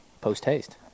post-haste